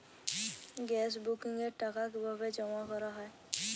Gas বুকিংয়ের টাকা কিভাবে জমা করা হয়?